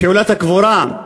פעולת הקבורה,